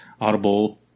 Audible